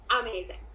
amazing